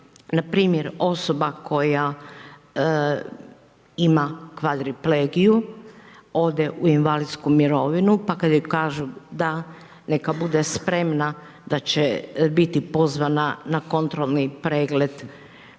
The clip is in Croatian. vam npr. osoba koja ima kvadri legiju ode u invalidsku mirovinu, pa kažu da neka bude spremna, da će biti pozvana na kontrolni pregled